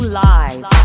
live